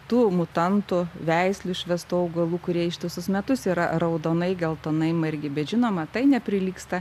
tų mutantų veislių išvestų augalų kurie ištisus metus yra raudonai geltonai margi bet žinoma tai neprilygsta